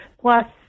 plus